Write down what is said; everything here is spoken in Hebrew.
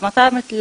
ומתאמת,